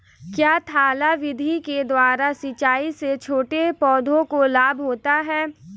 क्या थाला विधि के द्वारा सिंचाई से छोटे पौधों को लाभ होता है?